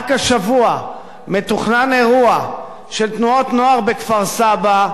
רק השבוע מתוכנן אירוע של תנועות נוער בכפר-סבא,